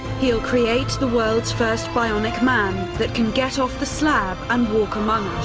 he will create the world's first bionic man that can get off the slab and walk among